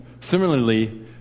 similarly